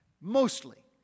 Mostly